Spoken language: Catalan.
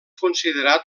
considerat